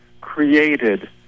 created